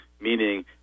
meaning